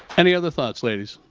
any other thoughts, lady?